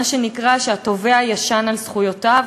מה שנקרא שהתובע "ישן על זכויותיו",